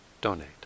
donate